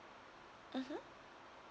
mmhmm